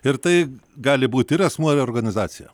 ir tai gali būt ir asmuo reorganizacija